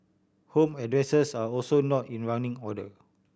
home addresses are also not in running order